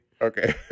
Okay